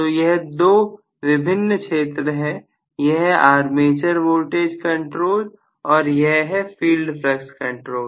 तो यह दो विभिन्न क्षेत्र यह है आर्मेचर वोल्टेज कंट्रोल और यह है फील्ड फ्लक्स कंट्रोल